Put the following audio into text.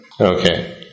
Okay